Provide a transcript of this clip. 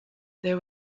there